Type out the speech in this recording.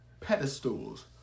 pedestals